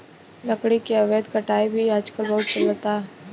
लकड़ी के अवैध कटाई भी आजकल बहुत चलता